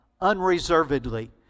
unreservedly